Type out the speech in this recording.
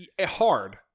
Hard